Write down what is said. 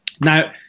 now